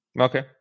Okay